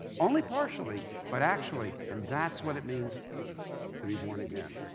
only partially, but actually. and that's what it means to be born again.